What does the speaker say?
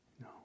No